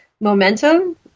momentum